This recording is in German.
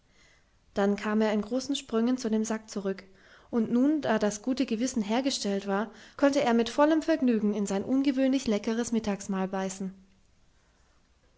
dann kam er in großen sprüngen zu dem sack zurück und nun da das gute gewissen hergestellt war konnte er mit vollem vergnügen in sein ungewöhnlich leckeres mittagsmahl beißen